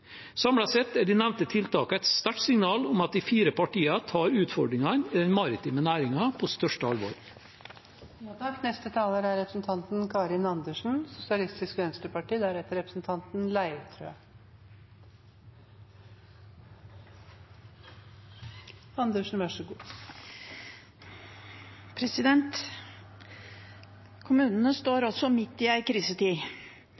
sett er de nevnte tiltakene et sterkt signal om at de fire partiene tar utfordringene i den maritime næringen på største